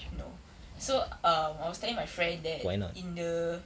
no so um I was telling my friend that in the